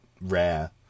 rare